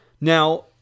Now